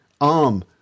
Arm